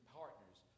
partners